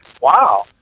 Wow